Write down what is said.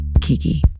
Kiki